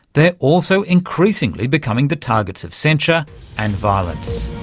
they're also increasingly becoming the targets of censure and violence.